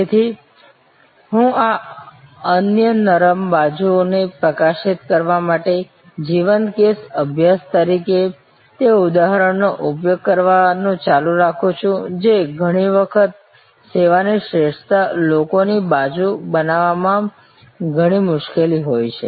તેથી હું આ અન્ય નરમ બાજુને પ્રકાશિત કરવા માટે જીવંત કેસ અભ્યાસ તરીકે તે ઉદાહરણનો ઉપયોગ કરવાનું ચાલુ રાખું છું જે ઘણી વખત સેવાની શ્રેષ્ઠતા લોકોની બાજુ બનાવવામાં ઘણી મુશ્કેલ હોય છે